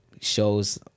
shows